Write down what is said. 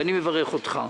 ואני מברך אותך.